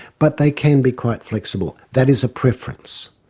but they can be quite flexible. that is a preference.